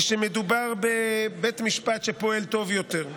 היא שמדובר בבית משפט שפועל טוב יותר.